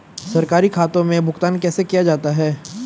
सरकारी खातों में भुगतान कैसे किया जाता है?